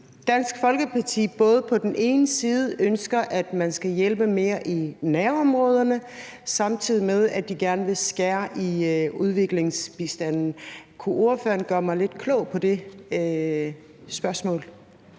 Dansk Folkeparti ønsker på den ene side, at man skal hjælpe mere i nærområderne, samtidig med at de gerne vil skære i udviklingsbistanden. Kunne ordføreren gøre mig lidt klog på det spørgsmål